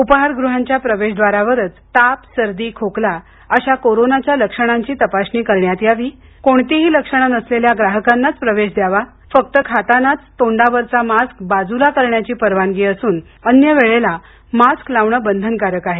उपाहारगृहांच्या प्रवेशद्वारावरच ताप सर्दी खोकला अशा कोरोनाच्या लक्षणांची तपासणी करण्यात यावी कोणतीही लक्षणं नसलेल्या ग्राहकांनाच प्रवेश यावा फक्त खातानाच तोंडावरचा मारूक बाजूला करण्याची परवानगी असून अन्य वेळेला मास्क लावणं बंधनकारक आहे